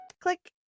click